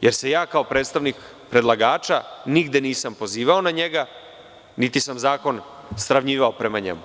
jer se kao predstavnik predlagača nigde nisam pozivao na njega niti sam zakon sravnjivao prema njemu.